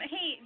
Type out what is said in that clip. Hey